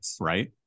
Right